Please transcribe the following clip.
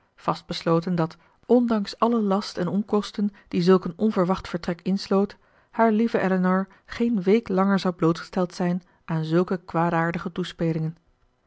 vastbesloten dat ondanks allen last en onkosten die zulk een onverwacht vertrek insloot haar lieve elinor geen week langer zou blootgesteld zijn aan zulke kwaadaardige toespelingen